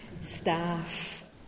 staff